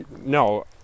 No